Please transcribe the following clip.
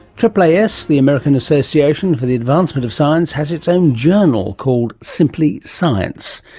aaas, the american association for the advancement of science, has its own journal called simply science.